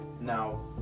Now